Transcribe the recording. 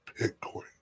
Bitcoin